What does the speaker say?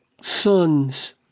sons